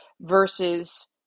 versus